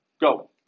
Go